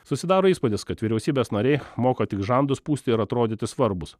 susidaro įspūdis kad vyriausybės nariai moka tik žandus pūsti ir atrodyti svarbūs